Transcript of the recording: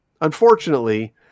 unfortunately